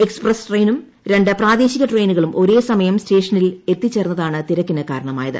express ട്രെയിനും രണ്ട് പ്രാദേശിക ട്രെയിനുകളും ഒരേ സമയം സ്റ്റേഷനിൽ എത്തിച്ചേർന്നതാണ് തിരക്കിന് കാരണമായത്